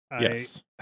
Yes